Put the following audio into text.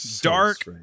dark